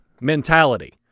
mentality